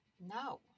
No